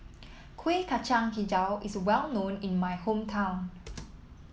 Kueh Kacang hijau is well known in my hometown